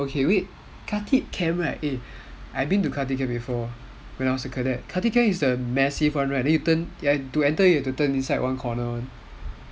okay wait khatib camp I've been to khatib camp before khatib camp is the massive one right the one to enter in you have to turn like one corner [one]